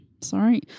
Sorry